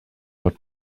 not